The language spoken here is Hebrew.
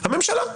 הממשלה?